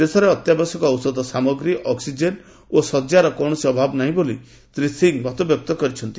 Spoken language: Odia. ଦେଶରେ ଅତ୍ୟାବଶ୍ୟକ ଔଷଧ ସାମଗ୍ରୀ ଅକ୍ଟିକ୍ଜେନ ଓ ଶଯ୍ୟାର କୌଣସି ଅଭାବ ନାହିଁ ବୋଲି ଶ୍ରୀ ସିଂ କହିଛନ୍ତି